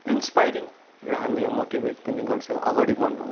inspiring र हामीलाई motivate पनि गर्छ अगाडि बढ्नुमा